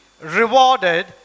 rewarded